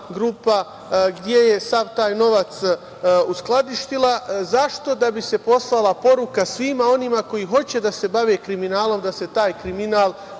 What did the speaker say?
grupa sav taj novac uskladištila. Zašto? Da bi se poslala poruka svima onima koji hoće da se bave kriminalnom da se taj kriminal